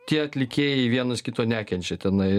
tie atlikėjai vienas kito nekenčia tenai